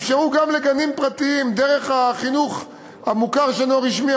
אפשרו לגנים פרטיים דרך החינוך המוכר שאינו רשמי,